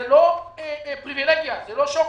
זו לא פריבילגיה, זה לא שוקולד,